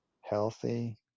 healthy